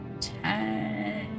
Ten